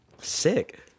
sick